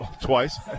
Twice